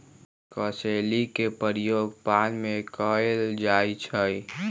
कसेली के प्रयोग पान में कएल जाइ छइ